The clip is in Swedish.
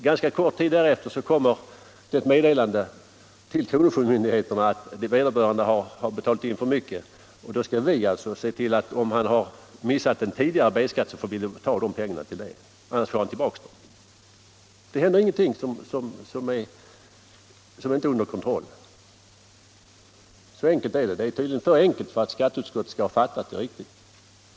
Ganska kort tid därefter kommer det ett meddelande till kronofogdemyndigheten att vederbörande har betalt in för mycket, och då skall kronofogdemyndigheten se till att pengarna, om han missat tidigare B-skatt, tas till det — annars får han tillbaka pengarna. Det händer ingenting som inte är under kontroll. Så enkelt är det. Det är tydligen för enkelt för att skatteutskottet skall fatta det riktigt.